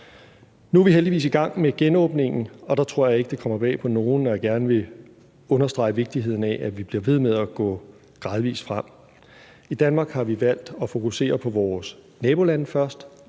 Nu er vi heldigvis i gang med genåbningen, og der tror jeg ikke, det kommer bag på nogen, når jeg gerne vil understrege vigtigheden af, at vi bliver ved med at gå gradvis frem. I Danmark har vi valgt at fokusere på vores nabolande først,